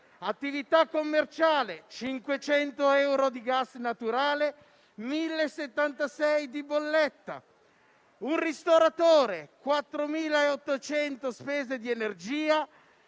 Un'attività commerciale: 500 euro di gas naturale e 1.076 di bolletta. Un ristoratore: 4.800 euro di spese di energia